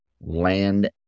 Land